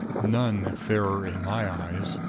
none fairer in my eyes.